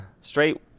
straight